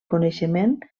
coneixement